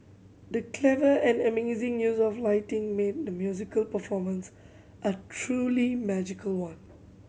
the clever and amazing use of lighting made the musical performance a truly magical one